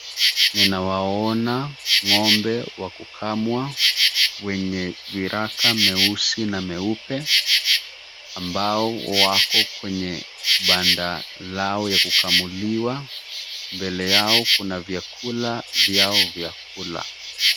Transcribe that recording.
Ninawaona ng'ombe wa kukamua wenye viraka meusi na meupe ambao wako kwenye banda lao ya kukamuliwa. Mbele yao kuna vyakula vyao vya kula.